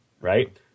right